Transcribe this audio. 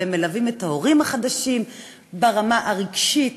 והם מלווים את ההורים החדשים ברמה הרגשית,